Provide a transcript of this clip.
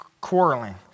quarreling